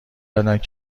دادند